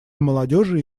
молодежи